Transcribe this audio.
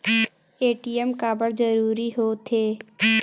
ATM काबर जरूरी हो थे?